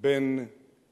בין